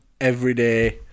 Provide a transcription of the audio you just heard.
everyday